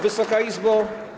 Wysoka Izbo!